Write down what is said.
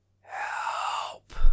help